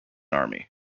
army